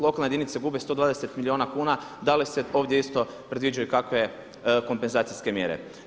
Lokalne jedinice gube 120 milijuna kuna, da li se ovdje isto predviđaju kakve kompenzacijske mjere?